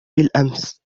بالأمس